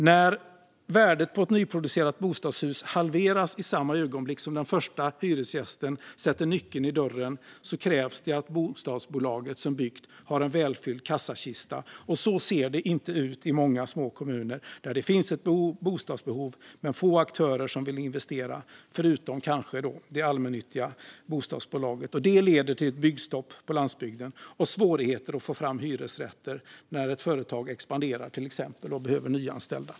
När värdet på ett nyproducerat bostadshus halveras i samma ögonblick som den första hyresgästen sätter nyckeln i dörren krävs det att bostadsbolaget har en välfylld kassakista. Så ser det inte ut i många små kommuner där det finns ett bostadsbehov men få aktörer som vill investera, förutom det allmännyttiga bostadsbolaget. Det leder till byggstopp på landsbygden och svårigheter att få fram hyresrätter, till exempel när ett företag expanderar och behöver nyanställa.